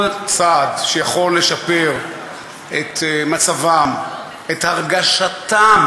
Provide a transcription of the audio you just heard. כל צעד שיכול לשפר את מצבם, את הרגשתם,